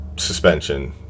suspension